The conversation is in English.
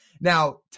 Now